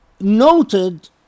noted